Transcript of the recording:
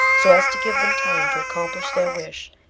so as to give them time to accomplish their wish,